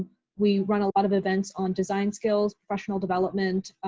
we run a lot of events on design skills, professional development,